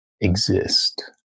exist